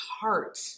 heart